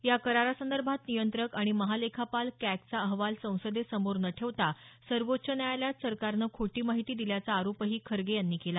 या करारासंदर्भात नियंत्रक आणि महालेखापाल कॅगचा अहवाल संसदेसमोर न ठेवता सर्वोच्व न्यायालयात सरकारनं खोटी माहिती दिल्याचा आरोपही खरगे यांनी केला